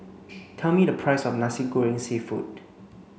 tell me the price of Nasi Goreng Seafood